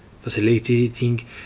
facilitating